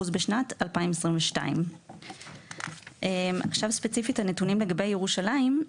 בשנת 2022. עכשיו ספציפית הנתונים לגבי ירושלים,